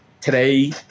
today